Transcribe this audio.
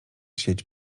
sieć